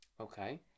Okay